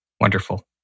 Wonderful